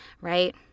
right